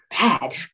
bad